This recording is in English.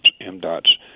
MDOT's